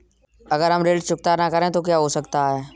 अगर हम ऋण चुकता न करें तो क्या हो सकता है?